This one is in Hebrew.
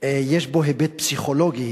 יש בו היבט פסיכולוגי.